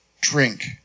drink